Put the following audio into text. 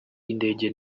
y’indege